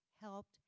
helped